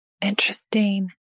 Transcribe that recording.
Interesting